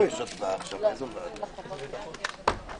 בשעה 11:20 ונתחדשה בשעה 12:15.)